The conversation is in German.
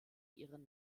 ihren